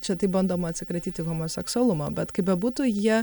čia taip bandoma atsikratyti homoseksualumo bet kaip bebūtų jie